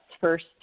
first